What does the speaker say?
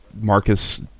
Marcus